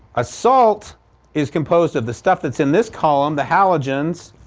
a salt is composed of the stuff that's in this column the halogens,